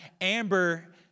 Amber